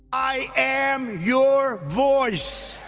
i am your voice!